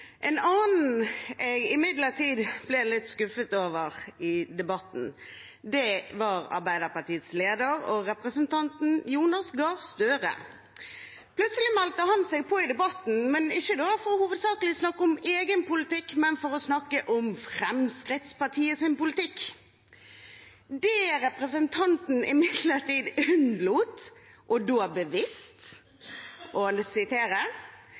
En annen jeg imidlertid ble litt skuffet over i debatten, var Arbeiderpartiets leder, representanten Jonas Gahr Støre. Plutselig meldte han seg på i debatten, ikke hovedsakelig for å snakke om egen politikk, men for å snakke om Fremskrittspartiets politikk. Det representanten imidlertid unnlot – og da bevisst